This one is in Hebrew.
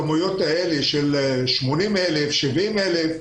ופי שלושה מכמויות של 80 אלף ו-70 אלף,